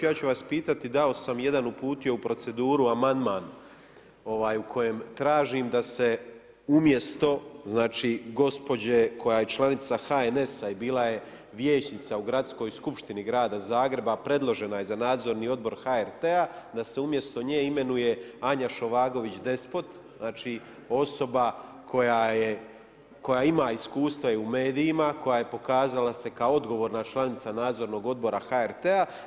Ja ću vas pitati, dao sam i jedan uputio u proceduru amandman u kojem tražim da se umjesto, znači gospođe koja je članica HNS-a i bila je vijećnica u Gradskoj skupštini grada Zagreba a predložena je za nadzorni odbor HRT-a da se umjesto nje imenuje Anja Šovagović Despot, znači osoba koja ima iskustva i u medijima, koja je pokazala se kao odgovorna članica Nadzornog odbora HRT-a.